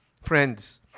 friends